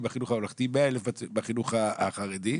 בחינוך הממלכתי ו-100,000 בחינוך החרדי,